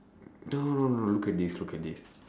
no no no look at this look at this